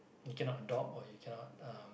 you cannot adopt or you cannot uh